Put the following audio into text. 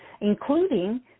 including